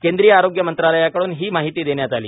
केंद्रीय आरोग्य मंत्रालयाकडून ही माहिती देण्यात आली